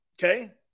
okay